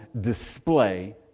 display